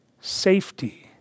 safety